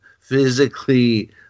physically